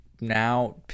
now